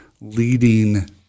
leading